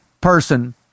person